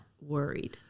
worried